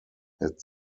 had